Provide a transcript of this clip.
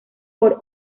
por